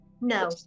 No